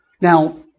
Now